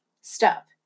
Stop